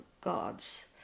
gods